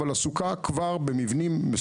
אבל היא כן כבר עסוקה במבנים מסוכנים